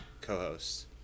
co-hosts